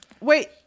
Wait